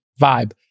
vibe